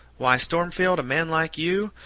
why, stormfield, a man like you,